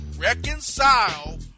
reconcile